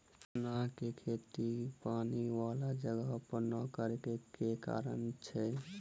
चना केँ खेती पानि वला जगह पर नै करऽ केँ के कारण छै?